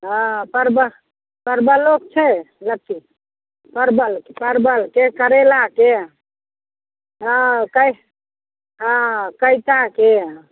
हँ परबल परबलोके छै लत्ती परबल परबलके करेलाके हँ कै हँ कैताके